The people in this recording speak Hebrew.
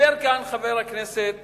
דיבר כאן חבר הכנסת